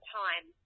time